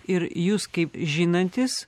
ir jūs kaip žinantis